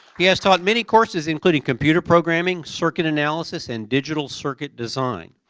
he has taught many courses including computer programming, circuit analysis and digital circuit design.